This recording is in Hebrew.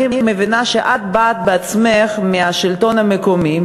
אני מבינה שאת בעצמך באת מהשלטון המקומי,